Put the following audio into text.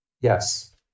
Yes